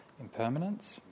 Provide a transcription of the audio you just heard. impermanence